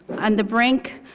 on the brink,